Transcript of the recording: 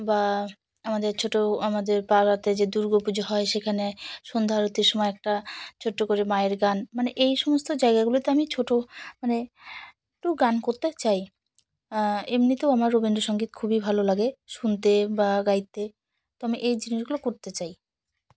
বা আমাদের ছোটো আমাদের পাড়াতে যে দুর্গা পুজো হয় সেখানে সন্ধ্যা আরতির সময় একটা ছোট্টো করে মায়ের গান মানে এই সমস্ত জায়গাগুলিতে আমি ছোটো মানে একটু গান করতে চাই এমনিতেও আমার রবীন্দ্রসঙ্গীত খুবই ভালো লাগে শুনতে বা গাইতে তো আমি এই জিনিসগুলো করতে চাই